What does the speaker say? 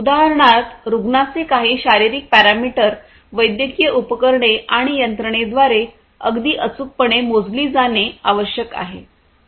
उदाहरणार्थ रुग्णाचे काही शारीरिक पॅरामीटर वैद्यकीय उपकरणे आणि यंत्रणेद्वारे अगदी अचूकपणे मोजली जाणे आवश्यक आहे